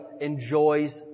enjoys